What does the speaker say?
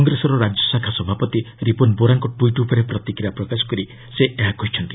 କଂଗ୍ରେସର ରାଜ୍ୟଶାଖା ସଭାପତି ରିପୁନ୍ ବୋରାଙ୍କ ଟ୍ୱିଟ୍ ଉପରେ ପ୍ରତିକ୍ରିୟା ପ୍ରକାଶ କରି ସେ ଏହା କହିଛନ୍ତି